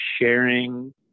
sharing